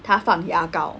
她放牙膏